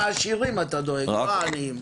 לדורות הבאים העשירים אתה דואג, לא העניים.